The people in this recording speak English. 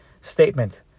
statement